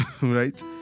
right